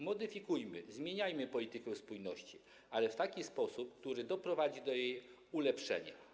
Modyfikujmy, zmieniajmy politykę spójności, ale w taki sposób, który doprowadzi do jej ulepszenia.